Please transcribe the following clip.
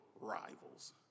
rivals